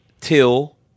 Till